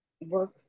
work